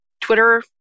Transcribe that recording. Twitter